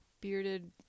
bearded